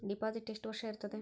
Deposit ಎಷ್ಟು ವರ್ಷ ಇರುತ್ತದೆ?